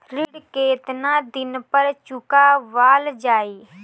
ऋण केतना दिन पर चुकवाल जाइ?